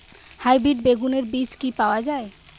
Hybrid বেগুনের বীজ কি পাওয়া য়ায়?